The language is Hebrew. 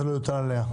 זה לא יוטל עליה.